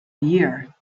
year